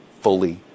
fully